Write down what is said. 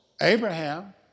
Abraham